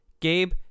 Gabe